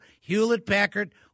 Hewlett-Packard